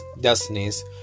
destinies